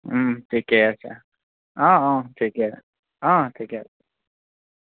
ওম ঠিকে আছে অ অ ঠিকে অ ঠিকে